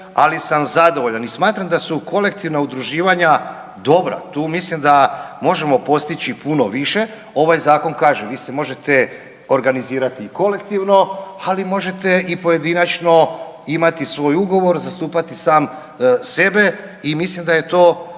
ali sam zadovoljan i smatram da su kolektivna udruživanja dobra, tu mislim da možemo postići puno više. Ovaj zakon kaže vi se možete organizirati i kolektivno, ali možete i pojedinačno imati svoj ugovor, zastupati sam sebe i mislim da je to,